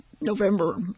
November